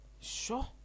Sure